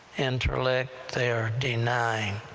intellect they are denying,